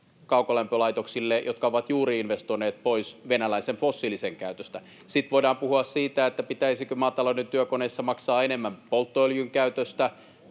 kaukolämpölaitoksille, jotka ovat juuri investoineet pois venäläisen fossiilisen käytöstä. Sitten voidaan puhua siitä, pitäisikö maatalouden työkoneissa maksaa enemmän polttoöljyn käytöstä,